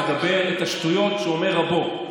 מדבר את השטויות שאומר רבו.